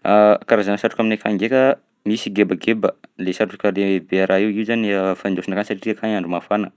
Karazana satroka aminay akagny ndraika: misy gebageba, le satroka le be raha io, io zany fandôsina akagny satria akagny andro mafana;